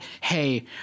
hey